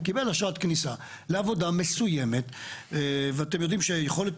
קיבל אשרת כניסה לעבודה מסוימת ואתם יודעים שיכולת